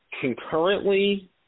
concurrently